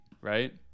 Right